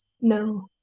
No